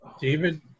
David